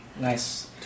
Nice